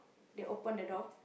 they open the door